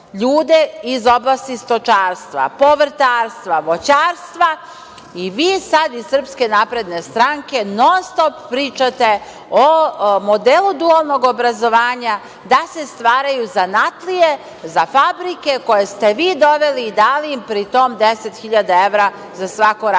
iz oblasti stočarstva, povrtarstva, voćarstva i vi sada iz SNS non-stop pričate o modelu dualnog obrazovanja, da se stvaraju zanatlije za fabrike koje ste vi doveli i dali im pri tome deset hiljada evra za svako radno